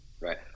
Right